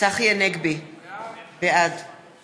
צחי הנגבי, בעד